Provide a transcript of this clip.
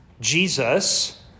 Jesus